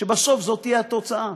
שבסוף זו תהיה התוצאה,